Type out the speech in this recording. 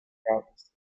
travels